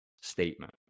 statement